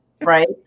right